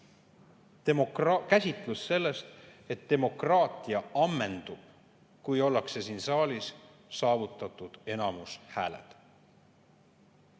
käsitlus sellest, et demokraatia ammendub, kui ollakse siin saalis saavutatud enamushääled.